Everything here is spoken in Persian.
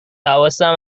حواسم